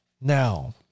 Now